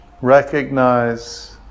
Recognize